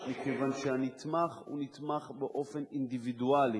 מכיוון שהנתמך הוא נתמך באופן אינדיבידואלי.